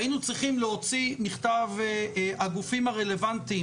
היינו צריכים להוציא מכתב, הגופים הרלוונטיים